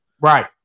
Right